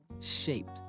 shaped